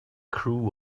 crew